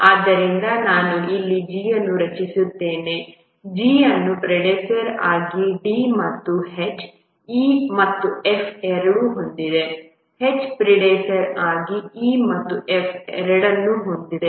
ಆದ್ದರಿಂದ ನಾನು ಇಲ್ಲಿ G ಅನ್ನು ರಚಿಸುತ್ತೇನೆ G ಅನ್ನು ಪ್ರಿಡೆಸೆಸ್ಸರ್ಆಗಿ D ಮತ್ತು H E ಮತ್ತು F ಎರಡನ್ನೂ ಹೊಂದಿದ್ದು H ಪ್ರಿಡೆಸೆಸ್ಸರ್ ಆಗಿ E ಮತ್ತು F ಎರಡನ್ನೂ ಹೊಂದಿದೆ